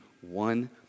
one